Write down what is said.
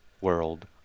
world